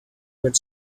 red